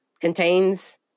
contains